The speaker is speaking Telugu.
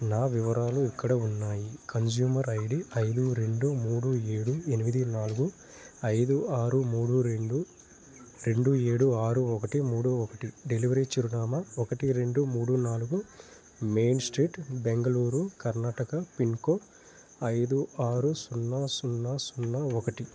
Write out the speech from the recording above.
నా వివరాలు ఇక్కడ ఉన్నాయి కన్స్యూమర్ ఐడి ఐదు రెండు మూడు ఏడు ఎనిమిది నాలుగు ఐదు ఆరు మూడు రెండు రెండు ఏడు ఆరు ఒకటి మూడు ఒకటి డెలివరీ చిరునామా ఒకటి రెండు మూడు నాలుగు main street Bengaluru Karnataka pincode ఐదు ఆరు సున్నా సున్నా సున్నా ఒకటి